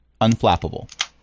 unflappable